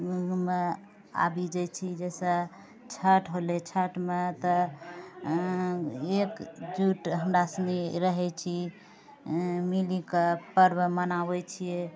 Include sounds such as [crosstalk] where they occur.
[unintelligible] आबि जाइ छी जइसे छठ होलै छठमे तऽ एकजुट हमरा सनि रहै छी मिलिके पर्व मनाबै छिए